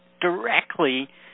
directly